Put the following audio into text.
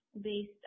based